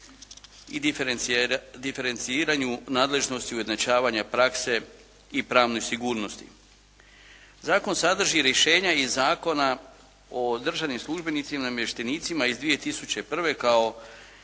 i diferenciranju nadležnosti ujednačavanja prakse i pravne sigurnosti. Zakon sadrži rješenja iz Zakona o državnim službenicima i namještenicima iz 2001. kao